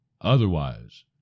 Otherwise